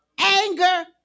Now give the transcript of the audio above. anger